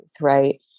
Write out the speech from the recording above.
right